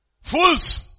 Fools